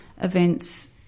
events